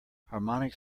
harmonic